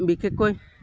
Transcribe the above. বিশেষকৈ